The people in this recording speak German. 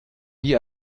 die